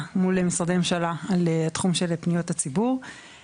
מול משרדי ממשלה על התחום של פניות הציבור,